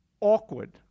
awkward